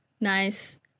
nice